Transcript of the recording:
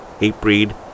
Hatebreed